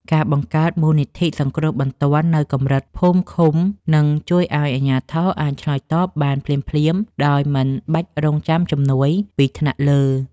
ការបង្កើតមូលនិធិសង្គ្រោះបន្ទាន់នៅកម្រិតភូមិឃុំនឹងជួយឱ្យអាជ្ញាធរអាចឆ្លើយតបបានភ្លាមៗដោយមិនបាច់រង់ចាំជំនួយពីថ្នាក់លើ។